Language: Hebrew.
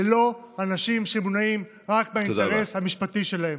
ולא אנשים שמונעים רק מהאינטרס המשפטי שלהם.